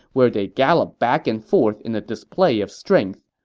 where they galloped back and forth in a display of strength.